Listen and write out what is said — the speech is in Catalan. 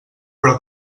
però